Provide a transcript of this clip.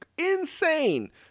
Insane